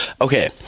okay